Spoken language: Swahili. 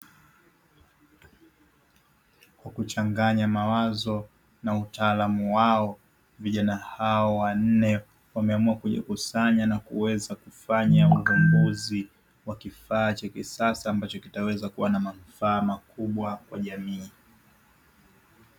Kwa kuchanganya mawazo na utaalamu wao, vijana hao wanne wameamua kujikusanya na kuweza kufanya uvumbuzi wa kifaa cha kisasa, ambacho kitaweza kuwa na manufaa makubwa kwa jamii.